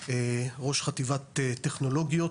ראש חטיבת טכנולוגיות,